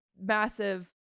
massive